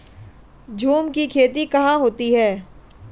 झूम की खेती कहाँ होती है?